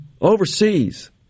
overseas